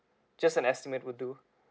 just an estimate will do